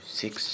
six